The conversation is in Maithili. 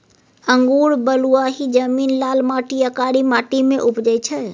अंगुर बलुआही जमीन, लाल माटि आ कारी माटि मे उपजै छै